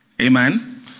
Amen